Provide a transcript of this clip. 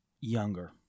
Younger